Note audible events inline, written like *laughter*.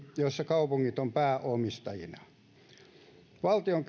joissa kaupungit ovat pääomistajina valtion *unintelligible*